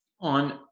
on